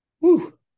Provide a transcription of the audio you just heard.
Woo